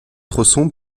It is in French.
tronçon